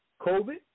COVID